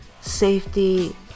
safety